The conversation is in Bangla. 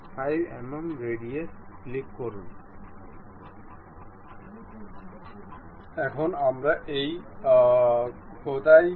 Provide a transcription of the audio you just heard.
সুতরাং এটি একটি কয়েন্সিডেন্ট মেট ছিল যা আমরা এখানে দেখতে পাচ্ছি